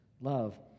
Love